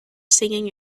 singing